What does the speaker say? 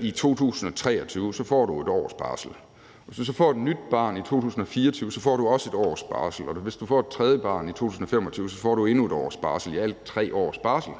i 2023, så får du 1 års barsel. Hvis du så får et nyt barn i 2024, får du også 1 års barsel. Og hvis du får et tredje barn i 2025, så får du endnu 1 års barsel. Det er i alt 3 års barsel,